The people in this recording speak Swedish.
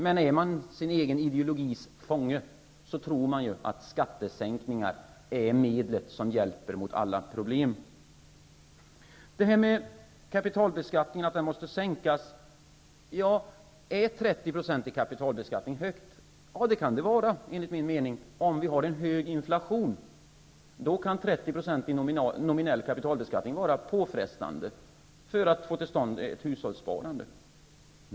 Men är man sin egen ideologis fånge, tror man ju att skattesänkningar är medlet som hjälper mot alla problem. Kapitalbeskattningen måste sänkas, anser regeringen. Är 30 % i kapitalbeskattning högt? Ja, det kan det vara enligt min mening, om vi har en hög inflation. Då kan 30 % i nominell kapitalbeskattning vara påfrestande och göra det svårt att få till stånd ett hushållssparande.